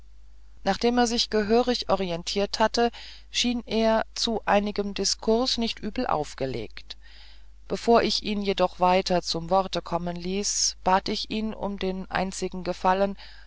nachdem er sich gehörig orientiert hatte schien er zu einigem diskurs nicht übel aufgelegt bevor ich ihn jedoch weiter zum worte kommen ließ bat ich ihn um den einzigen gefallen